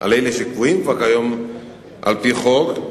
על אלה שקבועים כבר כיום על-פי חוק,